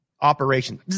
Operation